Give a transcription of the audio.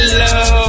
love